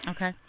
Okay